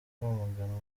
kwamaganwa